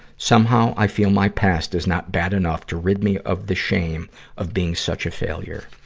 somehow, i feel my past is not bad enough to rid me of the shame of being such a failure.